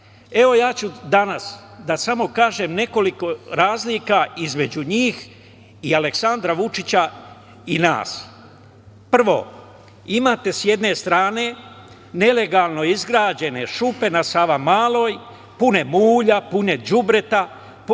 reći ću danas nekoliko razlika između njih i Aleksandra Vučića i nas. Prvo, imate s jedne strane nelegalno izgrađene šupe na Savamaloj, pune mulja, pune đubreta,